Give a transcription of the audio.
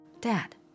Dad